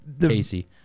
Casey